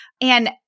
And-